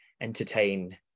entertain